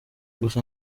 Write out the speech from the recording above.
gusa